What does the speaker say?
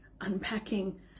unpacking